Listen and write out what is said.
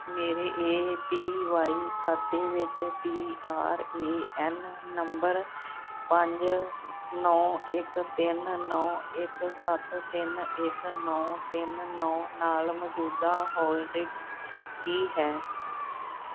ਮੇਰੇ A P Y ਖਾਤੇ ਵਿੱਚ P R A N number ਪੰਜ ਨੌਂ ਇੱਕ ਤਿੰਨ ਨੌਂ ਇੱਕ ਸੱਤ ਤਿੰਨ ਇੱਕ ਨੌਂ ਤਿੰਨ ਨੌਂ ਨਾਲ ਮੌਜੂਦਾ ਹੋਲਡਿੰਗ ਕੀ ਹੈ